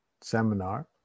seminar